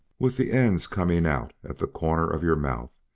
with the ends coming out at the corner of your mouth,